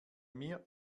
mir